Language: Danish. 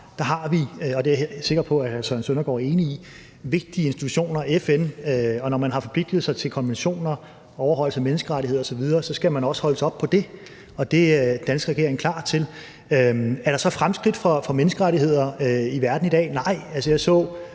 Der har vi, og det er jeg sikker på at hr. Søren Søndergaard er enig i, vigtige institutioner som FN, og når man har forpligtiget sig til konventioner og overholdelse af menneskerettigheder osv., skal man også holdes op på det, og det er den danske regering klar til. Er der så fremskridt for menneskerettighederne i verden i dag? Nej.